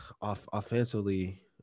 offensively